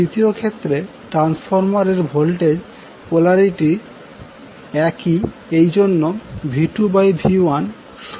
দ্বিতীয় ক্ষেত্রে ট্রান্সফরমার এর ভোল্টেজ পোলারিটি একই এই জন্য V2V1N2N1